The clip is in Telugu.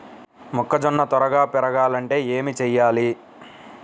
మొక్కజోన్న త్వరగా పెరగాలంటే ఏమి చెయ్యాలి?